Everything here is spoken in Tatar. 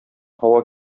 һава